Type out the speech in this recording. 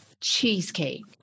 cheesecake